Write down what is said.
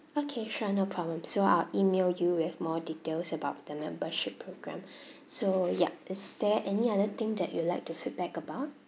okay sure no problem so I'll email you with more details about the membership programme so yup is there any other thing that you would like to feedback about